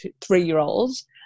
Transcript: three-year-olds